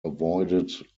avoided